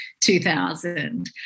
2000